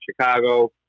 Chicago